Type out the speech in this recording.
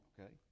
okay